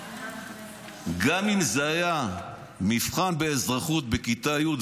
גם אם זה היה מבחן באזרחות בכיתה י',